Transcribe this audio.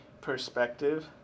perspective